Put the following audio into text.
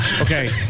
Okay